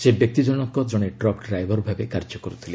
ସେହି ବ୍ୟକ୍ତିଜଣକ ଜଣେ ଟ୍ରକ୍ ଡ୍ରାଇଭର ଭାବେ କାର୍ଯ୍ୟ କରୁଥିଲେ